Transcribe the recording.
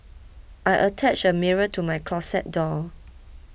I attached a mirror to my closet door